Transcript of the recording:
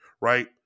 Right